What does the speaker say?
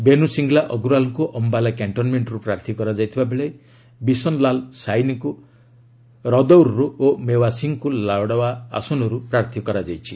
ବେନ୍ଦ ସିଙ୍ଗଲା ଅଗ୍ରୱାଲ୍ଙ୍କ ଅମ୍ଭାଲା କ୍ୟାକ୍ଷନ୍ମେକ୍ଷର୍ ପ୍ରାର୍ଥୀ କରାଯାଇଥିବା ବେଳେ ବିଶନ୍ ଲାଲ୍ ସାଇନିଙ୍କୁ ରଦଉର୍ରୁ ଓ ମେୱା ସିଂହଙ୍କୁ ଲାଡ୍ୱା ଆସନରୁ ପ୍ରାର୍ଥୀ କରାଯାଇଛି